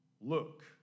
look